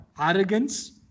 arrogance